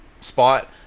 spot